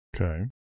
Okay